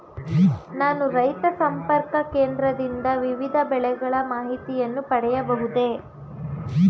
ನಾನು ರೈತ ಸಂಪರ್ಕ ಕೇಂದ್ರದಿಂದ ವಿವಿಧ ಬೆಳೆಗಳ ಮಾಹಿತಿಯನ್ನು ಪಡೆಯಬಹುದೇ?